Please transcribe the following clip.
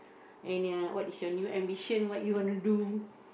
and ya what is your new ambition what you wanna do